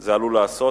זה עלול לעשות,